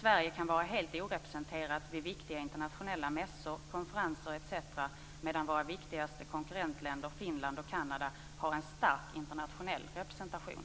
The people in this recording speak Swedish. Sverige kan vara helt orepresenterat vid viktiga internationella mässor, konferenser etc., medan våra viktigaste konkurrentländer Finland och Kanada har en stark internationell representation.